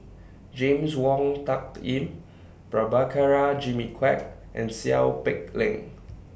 James Wong Tuck Yim Prabhakara Jimmy Quek and Seow Peck Leng